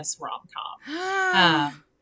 rom-com